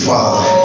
Father